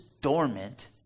dormant